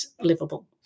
livable